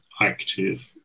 active